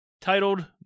titled